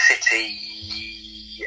City